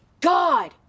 god